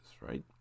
right